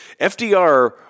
FDR